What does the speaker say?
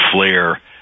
flare